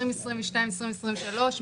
של 2022 ו-2023,